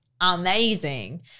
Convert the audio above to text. amazing